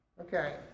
Okay